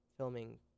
Filming